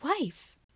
wife